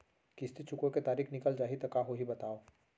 किस्ती चुकोय के तारीक निकल जाही त का होही बताव?